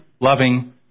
loving